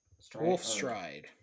Wolfstride